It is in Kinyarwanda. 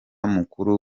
mukuru